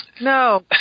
no